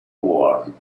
one